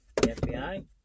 FBI